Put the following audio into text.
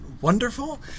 wonderful